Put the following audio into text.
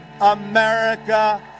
America